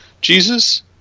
Jesus